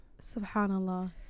SubhanAllah